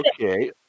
Okay